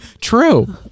True